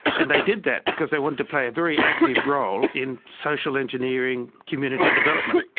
and they did that, because they wanted to play a very active role in social engineering, community development.